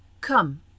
come